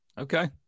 Okay